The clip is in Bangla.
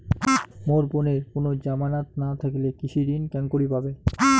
মোর বোনের কুনো জামানত না থাকিলে কৃষি ঋণ কেঙকরি পাবে?